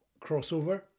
crossover